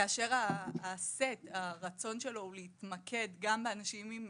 כאשר הרצון של הסט הוא להתמקד גם באנשים עם,